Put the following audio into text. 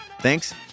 thanks